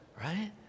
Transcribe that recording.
Right